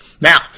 Now